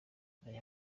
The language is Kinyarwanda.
aya